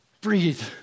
Breathe